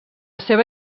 seva